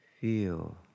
Feel